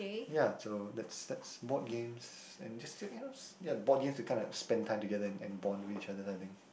ya so that's that's board games and just that you knows ya board games is kind of like spent time together and bond with each other I think